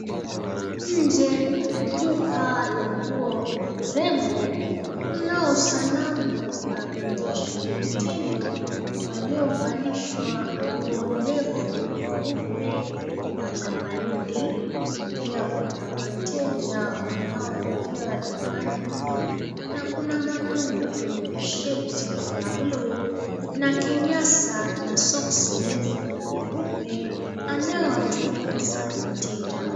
Nje ya duka la nguo na urembo, kunao sanamu ya vionyesha mitindo, waliovalishwa nguo ndefu nyeupe na la waridi. Pia kuna wateja wanaoingia dukani humo na kuna mwanaume mwenye shati ya buluu na kinyasa na soksi refu nyeupe anaowatumbuiza wateja.